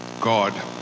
God